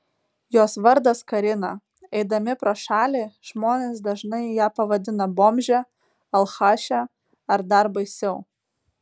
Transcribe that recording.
jos vardas karina eidami pro šalį žmonės dažnai ją pavadina bomže alchaše ar dar baisiau